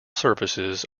surfaces